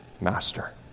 master